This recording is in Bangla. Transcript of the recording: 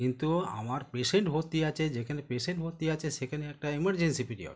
কিন্তু আমার পেশেন্ট ভর্তি আছে যেখানে পেশেন্ট ভর্তি আছে সেখানে একটা ইমার্জেন্সি পিরিয়ড